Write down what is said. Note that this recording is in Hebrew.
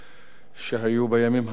שהיו בימים האחרונים.